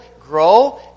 grow